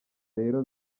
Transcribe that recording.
rero